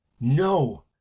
no